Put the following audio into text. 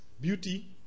beauty